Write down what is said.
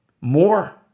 more